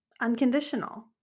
unconditional